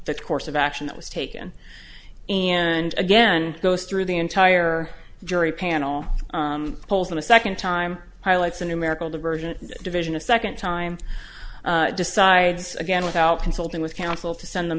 the course of action that was taken and again goes through the entire jury panel hold on a second time highlights a numerical diversion division a second time decides again without consulting with counsel to send them